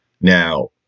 Now